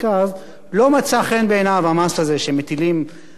לא מצא חן בעיניו המס הזה שמטילים על העניים